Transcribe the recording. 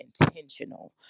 intentional